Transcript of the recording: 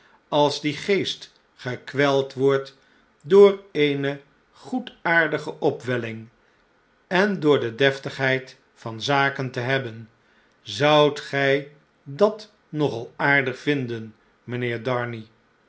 als die geest gekweld wordt door eene goedaardige opwelling en door de deftigheid van zaken te hebben zoudt gij dat nogal aardig vinden mynheer darnay